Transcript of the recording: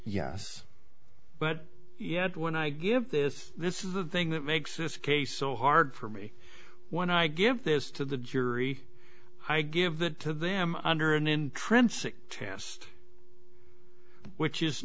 yes but yet when i give this this is the thing that makes this case so hard for me when i give this to the jury i give it to them under an intrinsic test which is